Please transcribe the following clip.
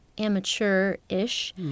amateur-ish